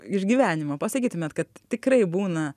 iš gyvenimo pasakytumėt kad tikrai būna